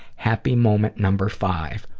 happy moment number five.